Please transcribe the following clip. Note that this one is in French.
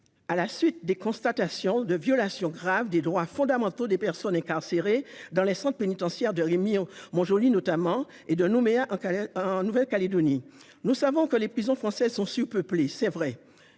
à la suite de la constatation de violations graves des droits fondamentaux des personnes incarcérées dans les centres pénitentiaires de Rémire-Montjoly, en Guyane, et de Nouméa, en Nouvelle-Calédonie. Nous savons que les prisons françaises sont surpeuplées, mais